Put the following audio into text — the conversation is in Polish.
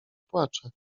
płacze